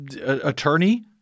attorney